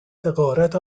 حقارت